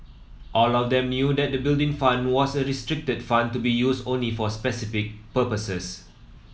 all of them knew that the Building Fund was a restricted fund to be used only for specific purposes